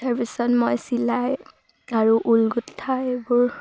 তাৰপিছত মই চিলাই আৰু ঊল গুঠা এইবোৰ